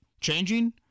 changing